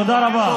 תודה רבה.